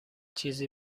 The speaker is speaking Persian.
چیزی